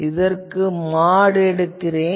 இதற்கு mod எடுக்கிறேன்